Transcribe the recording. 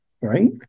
right